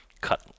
cut